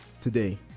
today